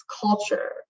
culture